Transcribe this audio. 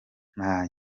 nta